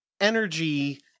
energy